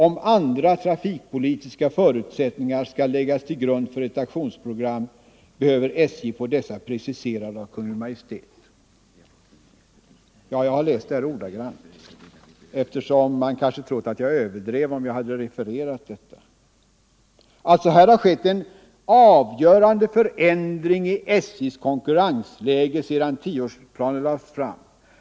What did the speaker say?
Om andra trafikpolitiska förutsättningar skall läggas till grund för ett aktionsprogram behöver SJ få dessa preciserade av Kungl. Maj:t.” Jag har läst det ordagrant, eftersom man kanske trott att jag överdrev om jag bara refererat uttalandet. Alltså, här har skett en avgörande förändring i SJ:s konkurrensläge sedan tioårsplanen lades fram.